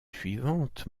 suivante